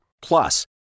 Plus